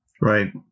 Right